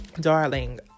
darling